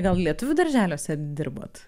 gal lietuvių darželiuose dirbot